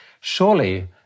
Surely